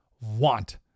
want